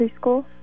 preschool